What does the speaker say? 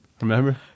Remember